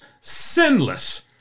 sinless